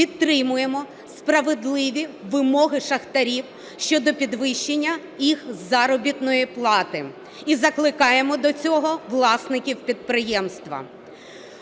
підтримуємо справедливі вимоги шахтарів щодо підвищення їх заробітної плати і закликаємо до цього власників підприємства.